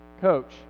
Coach